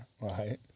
right